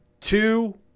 two